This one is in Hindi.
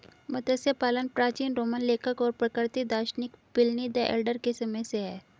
मत्स्य पालन प्राचीन रोमन लेखक और प्राकृतिक दार्शनिक प्लिनी द एल्डर के समय से है